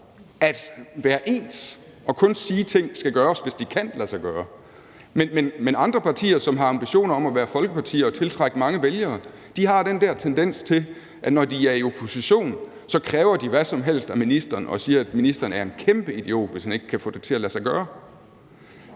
at være ens og kun sige, at ting skal gøres, hvis det kan lade sig gøre. Men andre partier, som har ambitioner om at være folkepartier og tiltrække mange vælgere, har den der tendens til, at når de er i opposition, kræver de hvad som helst af ministeren og siger, at ministeren er en kæmpe idiot, hvis han ikke kan få det til at lade sig gøre.